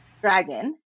dragon